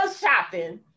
shopping